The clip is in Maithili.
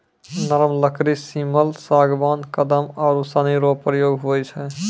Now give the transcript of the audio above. नरम लकड़ी सिमल, सागबान, कदम आरू सनी रो प्रयोग हुवै छै